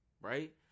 right